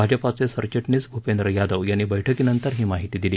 भाजपाचे सरचिटणीस भूपेंद्र यादव यांनी बैठकीनंतर ही माहिती दिली